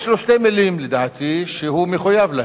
יש לו שתי מלים, לדעתי, שהוא מחויב להן,